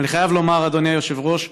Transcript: ואני חייב לומר, אדוני היושב-ראש: